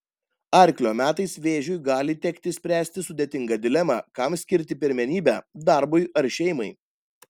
arklio metais vėžiui gali tekti spręsti sudėtingą dilemą kam skirti pirmenybę darbui ar šeimai